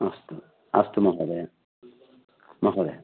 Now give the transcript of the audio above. अस्तु अस्तु महोदय महोदय